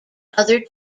other